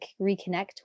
reconnect